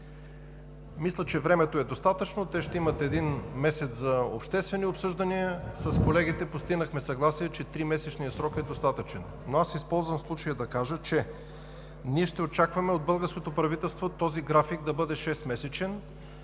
Мисля, че времето е достатъчно. Те ще имат един месец за обществени обсъждания. С колегите постигнахме съгласие, че тримесечният срок е достатъчен. Аз използвам случая обаче да кажа, че ние ще очакваме от българското правителство този график да бъде шестмесечен